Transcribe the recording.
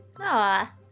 Aw